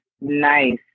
Nice